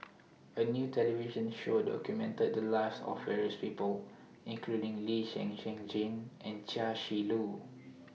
A New television Show documented The Lives of various People including Lee Zhen Zhen Jane and Chia Shi Lu